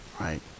right